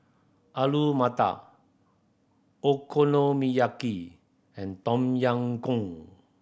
Alu Matar Okonomiyaki and Tom Yam Goong